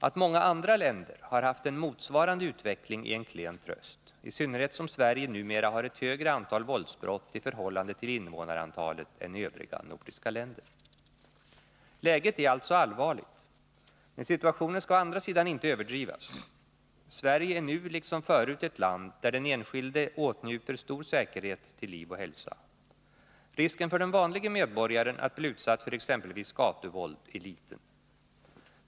Att många andra länder har haft en motsvarande utveckling är en klen tröst, i synnerhet som Sverige numera har ett högre antal våldsbrott i förhållande till invånarantalet än övriga nordiska länder. Läget är alltså allvarligt, men situationen skall å andra sidan inte överdrivas. Sverige är nu liksom förut ett land där den enskilde åtnjuter stor säkerhet till liv och hälsa. Risken för den vanlige medborgaren att bli utsatt för exempelvis gatuvåld är liten.